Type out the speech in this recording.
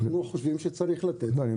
אנחנו חושבים שצריך לתת יותר, אנחנו